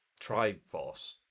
Triforce